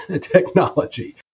technology